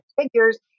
figures